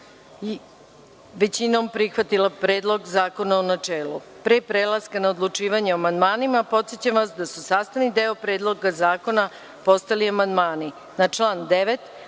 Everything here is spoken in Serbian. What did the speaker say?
skupština prihvatila Predlog zakona, u načelu. Pre prelaska na odlučivanje o amandmanima, podsećam vas da su sastavni deo Predloga zakona postali amandmani: na član 9.